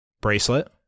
bracelet